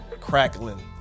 Crackling